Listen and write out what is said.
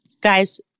Guys